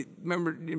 remember